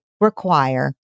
require